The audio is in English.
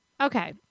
Okay